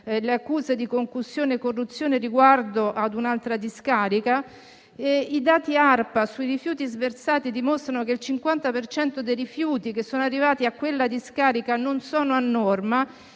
le accuse di concussione e corruzione riguardo ad un'altra discarica. I dati ARPA sui rifiuti sversati dimostrano che il 50 per cento dei rifiuti arrivati a quella discarica non sono a norma.